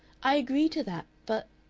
i agree to that. but